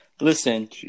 Listen